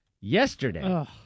Yesterday